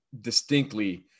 distinctly